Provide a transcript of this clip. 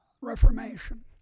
Reformation